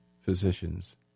physicians